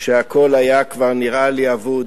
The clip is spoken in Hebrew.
כשהכול כבר נראה לי אבוד,